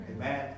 Amen